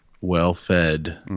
well-fed